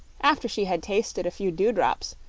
after she had tasted a few dewdrops,